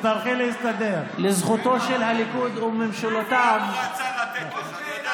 הוא רצה לתת לך.